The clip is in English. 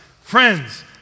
friends